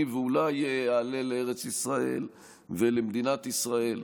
ואולי אעלה לארץ ישראל ולמדינת ישראל.